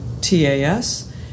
TAS